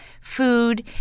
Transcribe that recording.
food